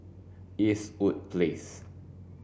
Eastwood Place